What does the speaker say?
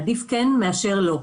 עדיף כן מאשר לא.